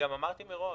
אמרתי מראש,